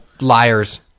liars